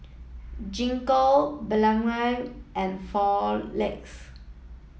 Gingko Blephagel and Floxia